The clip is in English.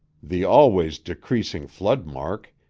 the always decreasing flood-mark,